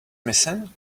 missing